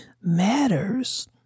matters